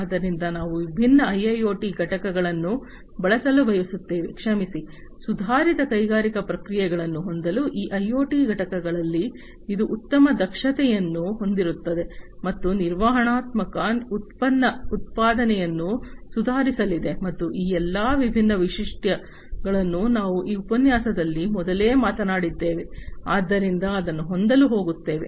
ಆದ್ದರಿಂದ ನಾವು ಈ ವಿಭಿನ್ನ ಐಐಒಟಿ ಘಟಕಗಳನ್ನು ಬಳಸಲು ಬಯಸುತ್ತೇವೆ ಕ್ಷಮಿಸಿ ಸುಧಾರಿತ ಕೈಗಾರಿಕಾ ಪ್ರಕ್ರಿಯೆಗಳನ್ನು ಹೊಂದಲು ಈ ಐಒಟಿ ಘಟಕಗಳಲ್ಲಿ ಇದು ಉತ್ತಮ ದಕ್ಷತೆಯನ್ನು ಹೊಂದಿರುತ್ತದೆ ಮತ್ತು ನಿರ್ವಹಣಾತ್ಮಕತೆ ಉತ್ಪನ್ನ ಉತ್ಪಾದನೆಯನ್ನು ಸುಧಾರಿಸಲಿದೆ ಮತ್ತು ಈ ಎಲ್ಲಾ ವಿಭಿನ್ನ ವೈಶಿಷ್ಟ್ಯಗಳನ್ನು ನಾವು ಈ ಉಪನ್ಯಾಸದಲ್ಲಿ ಮೊದಲೇ ಮಾತನಾಡಿದ್ದೇನೆ ಆದ್ದರಿಂದ ಅದನ್ನು ಹೊಂದಲು ಹೋಗುತ್ತೇನೆ